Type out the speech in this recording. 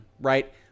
right